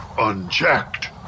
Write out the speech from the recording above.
unchecked